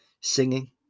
singing